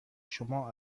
شما